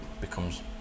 becomes